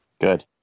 Good